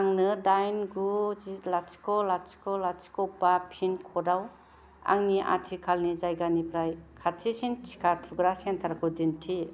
आंनो दाइन गु लाथिख' लाथिख' लाथिख' बा पिन कडाव आंनि आथिखालनि जायगानिफ्राय खाथिसिन टिका थुग्रा सेन्टारखौ दिन्थि